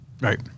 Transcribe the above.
Right